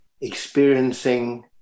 experiencing